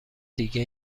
دیگه